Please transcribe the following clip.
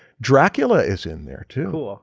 dracula is in there too.